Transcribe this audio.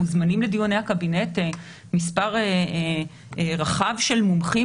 מוזמנים לדיוני הקבינט מספר רחב של מומחים